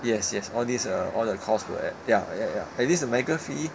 yes yes all these uh all the cost will add ya ya ya at least the medical fee